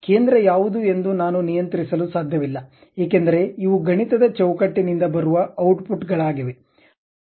ಕೇಂದ್ರ ಯಾವುದು ಎಂದು ನಾನು ನಿಯಂತ್ರಿಸಲು ಸಾಧ್ಯವಿಲ್ಲ ಏಕೆಂದರೆ ಇವು ಗಣಿತದ ಚೌಕಟ್ಟಿನಿಂದ ಬರುವ ಔಟ್ ಪುಟ್ ಗಳಾಗಿವೆ